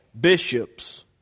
bishops